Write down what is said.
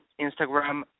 Instagram